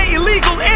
Illegal